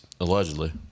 Allegedly